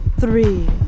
three